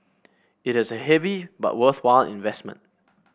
it is a heavy but worthwhile investment